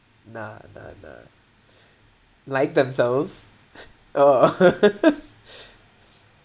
nah nah nah like themselves oh